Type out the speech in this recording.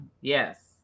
yes